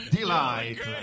Delight